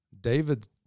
David